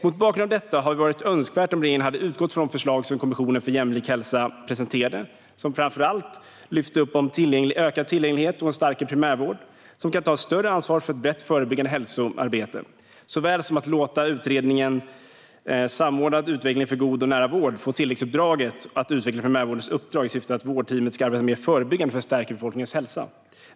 Mot bakgrund av detta hade det varit önskvärt om regeringen hade utgått från de förslag som Kommissionen för jämlik hälsa presenterat om framför allt ökad tillgänglighet och en starkare primärvård som kan ta ett större ansvar för ett brett förebyggande hälsoarbete, såväl som att låta utredningen Samordnad utveckling för god och nära vård få ett tilläggsuppdrag att utveckla primärvårdens uppdrag i syfte att vårdteam ska arbeta mer förebyggande för att stärka befolkningens hälsa.